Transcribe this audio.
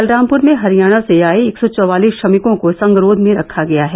बलरामपुर में हरियाणा से आए एक सौ चौवालीस श्रमिकों को संगरोध में रखा गया है